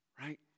Right